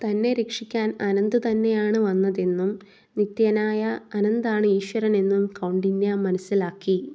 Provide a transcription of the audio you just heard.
തന്നെ രക്ഷിക്കാൻ അനന്ത് തന്നെയാണ് വന്നതെന്നും നിത്യനായ അനന്താണ് ഈശ്വരന് എന്നും കൗണ്ഡിന്യ മനസ്സിലാക്കി